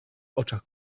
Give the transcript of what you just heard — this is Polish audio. oczach